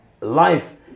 life